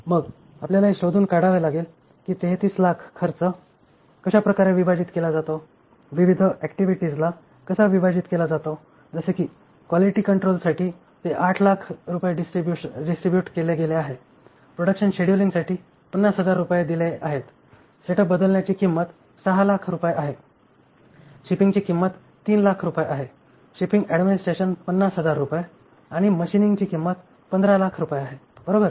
मग आपल्याला हे शोधून काढावे लागेल की 3300000 खर्च कशा प्रकारे विभाजित केला जातो विविध ऍक्टिव्हिटीजला कसा विभाजित केला जातो जसे की क्वालिटी कंट्रोलसाठी ते 800000 डिस्ट्रिब्युट केले गेले आहे प्रॉडक्शन शेड्युलींगसाठी 50000 रुपये दिले आहेत सेटअप बदलण्याची किंमत 600000 रुपये आहे शिपिंगची किंमत 300000 रुपये आहे शिपिंग ऍडमिनिस्ट्रेशन 50000 रुपये आणि मशीनिंगची किंमत 1500000 रुपये आहे बरोबर